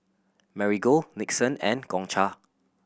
Marigold Nixon and Gongcha